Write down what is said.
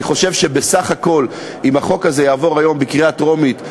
אני חושב שבסך הכול אם החוק הזה יעבור היום בקריאה טרומית,